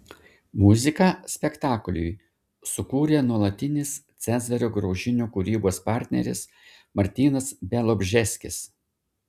muziką spektakliui sukūrė nuolatinis cezario graužinio kūrybos partneris martynas bialobžeskis